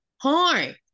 hi